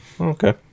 Okay